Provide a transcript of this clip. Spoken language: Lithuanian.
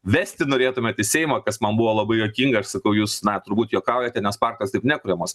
vesti norėtumėt į seimą kas man buvo labai juokinga aš sakau jūs na turbūt juokaujate nes partijos taip nekuriamos